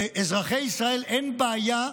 לאזרחי ישראל אין בעיה,